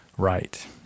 right